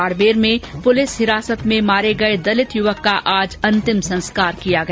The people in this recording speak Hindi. बाड़मेर में पुलिस हिरासत में मारे गये दलित युवक का आज अंतिम संस्कार किया गया